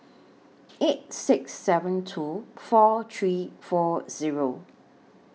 eight six seven two four three four Zero